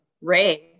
Ray